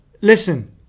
listen